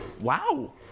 Wow